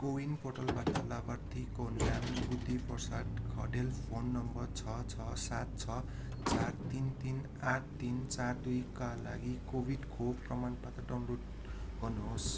कोविन पोर्टलबाट लाभार्थीको नाम बुद्धि प्रसाद कँडेल फोन नम्बर छ छ सात छ चार तिन तिन आठ तिन चार दुइका लागि कोविड खोप प्रमाण पत्र डाउनलोड गर्नु होस्